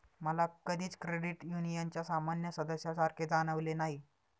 मला कधीच क्रेडिट युनियनच्या सामान्य सदस्यासारखे जाणवले नाही